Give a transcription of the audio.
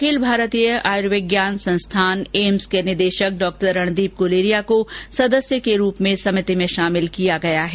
अखिल भारतीय आयुर्विज्ञान संस्थान एम्स के निदेशक डॉ रणदीप गुलेरिया को सदस्य के रूप में समिति में शामिल किया गया है